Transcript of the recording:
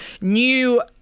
new